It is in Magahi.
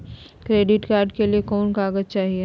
क्रेडिट कार्ड के लिए कौन कागज चाही?